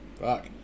Fuck